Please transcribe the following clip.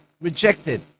rejected